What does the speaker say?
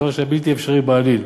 דבר שהיה בלתי אפשרי בעליל.